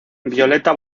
violeta